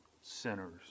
sinners